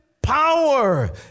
power